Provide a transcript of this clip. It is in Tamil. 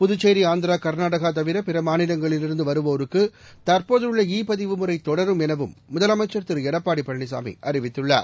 புதுச்சேரி ஆந்திரா கர்நாடகா தவிர பிற மாநிலங்களிலிருந்து வருவோருக்கு தற்போதுள்ள இ பதிவு முறை தொடரும் எனவும் முதலமைச்சர் திரு எடப்பாடி பழனிசாமி அறிவித்துள்ளார்